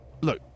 Look